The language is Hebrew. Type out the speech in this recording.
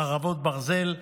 חרבות ברזל),